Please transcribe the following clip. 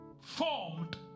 formed